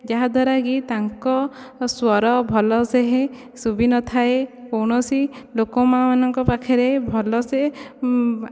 ଯାହାଦ୍ୱାରା କି ତାଙ୍କ ସ୍ୱର ଭଲସେ ସୁଭିନଥାଏ କୌଣସି ଲୋକମାନଙ୍କ ପାଖରେ ଭଲ ସେ